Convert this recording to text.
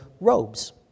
robes